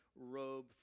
robe